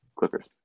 Clippers